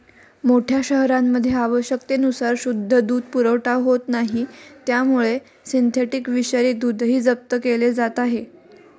मोठ्या शहरांमध्ये आवश्यकतेनुसार शुद्ध दूध पुरवठा होत नाही त्यामुळे सिंथेटिक विषारी दूधही जप्त केले जात आहे